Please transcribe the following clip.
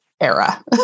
era